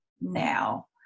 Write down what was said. now